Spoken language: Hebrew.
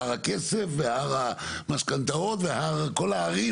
הר הכסף והר המשכנתאות וכל ההרים.